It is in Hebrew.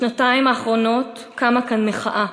בשנתיים האחרונות קמה כאן מחאה,